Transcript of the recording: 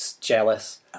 jealous